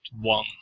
one